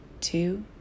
two